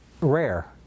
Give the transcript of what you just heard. rare